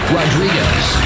Rodriguez